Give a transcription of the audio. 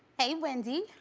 hey wendy.